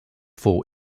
for